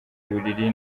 buriri